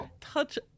touch